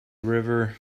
river